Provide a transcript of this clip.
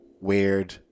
weird